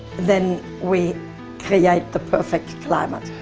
then we create the perfect climate.